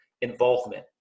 involvement